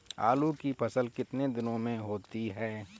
आलू की फसल कितने दिनों में होती है?